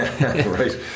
Right